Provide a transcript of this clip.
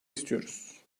istiyoruz